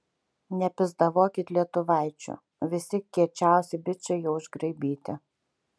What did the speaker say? nepisdavokit lietuvaičių visi kiečiausi bičai jau išgraibyti